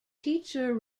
teacher